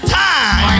time